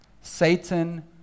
Satan